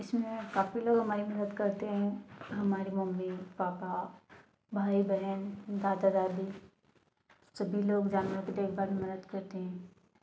इसमें काफ़ी लोग हमारी मदद करते हैं हमारी मम्मी पापा भाई बहन दादा दादी सभी लोग जानवर की देखभाल में मदद करते हैं